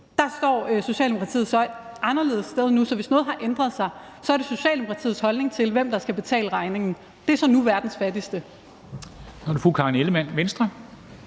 Der står Socialdemokratiet så et andet sted nu. Så hvis der er noget, der har ændret sig, er det Socialdemokratiets holdning til, hvem der skal betale regningen. Det er så nu verdens fattigste. Kl. 13:11 Formanden (Henrik